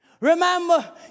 Remember